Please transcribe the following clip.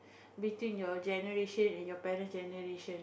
between your generation and parents generation